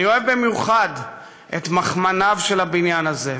אני אוהב במיוחד את מכמניו של הבניין הזה,